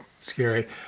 Scary